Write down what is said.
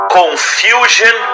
confusion